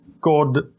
God